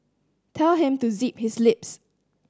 tell him to zip his lips